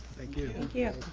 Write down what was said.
you. thank you.